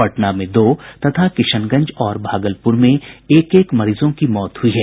पटना में दो तथा किशनगंज और भागलपुर में एक एक मरीजों की मौत हुई है